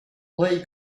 play